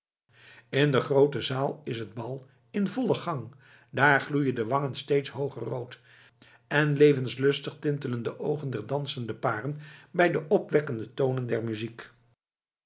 in de groote zaal is het bal in vollen gang dààr gloeien de wangen steeds hooger rood en levenslustig tintelen de oogen der dansende paren bij de opwekkende tonen der muziek